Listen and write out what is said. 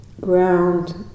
ground